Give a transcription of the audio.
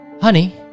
honey